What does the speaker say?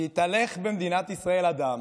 התהלך במדינת ישראל אדם